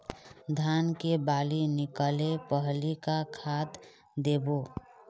धान के बाली निकले पहली का खाद देबो?